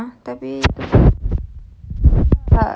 oh tapi